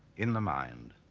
in the mind.